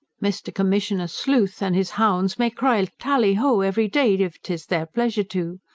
mr. commissioner sleuth and his hounds may cry tally-ho every day, if tis their pleasure to!